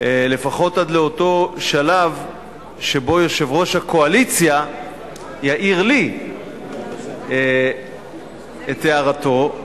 לפחות עד לאותו שלב שבו יושב-ראש הקואליציה יעיר לי את הערתו,